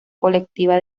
colectiva